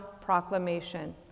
proclamation